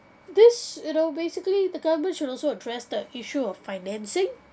this you know basically the government should also address the issue of financing